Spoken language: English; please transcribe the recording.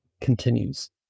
continues